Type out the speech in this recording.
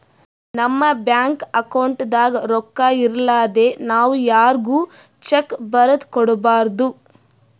ನಮ್ ಬ್ಯಾಂಕ್ ಅಕೌಂಟ್ದಾಗ್ ರೊಕ್ಕಾ ಇರಲಾರ್ದೆ ನಾವ್ ಯಾರ್ಗು ಚೆಕ್ಕ್ ಬರದ್ ಕೊಡ್ಬಾರ್ದು